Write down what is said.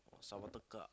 sama tekak